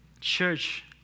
church